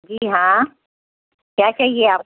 जी हाँ क्या चाहिए आप